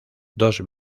dos